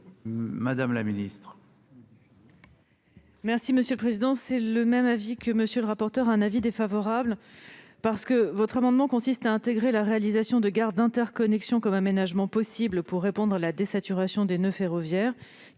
madame la ministre,